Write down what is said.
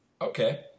Okay